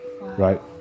Right